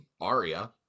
Aria